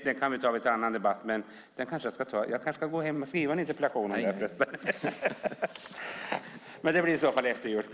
Det kan vi ta i en annan debatt - jag kanske ska gå hem och skriva en interpellation.